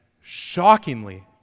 shockingly